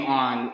on